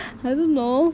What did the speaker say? I don't know